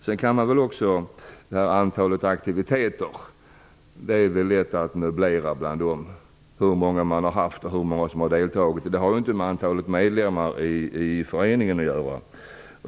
Det är också lätt att ''möblera'' bland antalet aktiviter och antalet deltagare, för det har ju inget med antalet medlemmar i föreningen att göra.